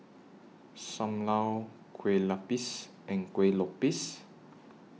SAM Lau Kueh Lapis and Kueh Lopes